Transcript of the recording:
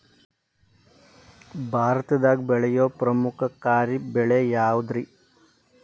ಭಾರತದಾಗ ಬೆಳೆಯೋ ಪ್ರಮುಖ ಖಾರಿಫ್ ಬೆಳೆ ಯಾವುದ್ರೇ?